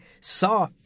saw